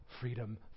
freedom